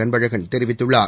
அன்பழகன் தெரிவித்துள்ளார்